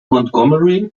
montgomery